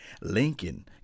Lincoln